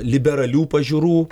liberalių pažiūrų